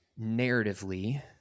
narratively